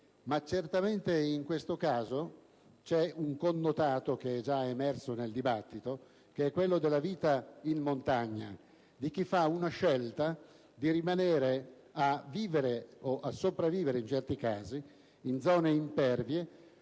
ma certamente in questo caso c'è un connotato che è già emerso nel dibattito, quello della vita in montagna, di chi fa la scelta di rimanere a vivere - o a sopravvivere, in certi casi - in zone impervie,